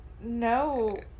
No